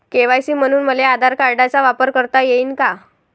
KYC म्हनून मले आधार कार्डाचा वापर करता येईन का?